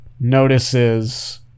notices